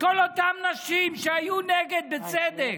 כל אותן נשים שהיו נגד, בצדק?